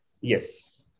Yes